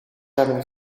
hebben